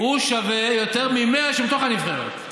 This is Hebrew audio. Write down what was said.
הוא שווה יותר ממאה שהם בתוך הנבחרת.